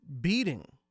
beating